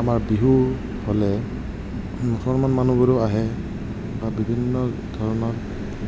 আমাৰ বিহু হ'লে মুছলমান মানুহবোৰো আহে বা বিভিন্ন ধৰ্মৰ